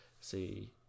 see